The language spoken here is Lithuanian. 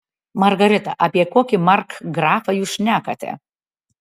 margarita apie kokį markgrafą jūs šnekate